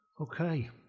Okay